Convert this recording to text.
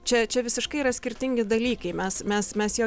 čia čia visiškai yra skirtingi dalykai mes mes mes jo